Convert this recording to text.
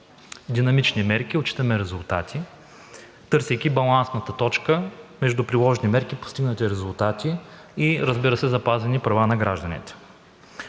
динамични мерки, отчитаме резултати, търсейки балансната точка между приложени мерки, постигнати резултати и разбира се, запазени права на гражданите.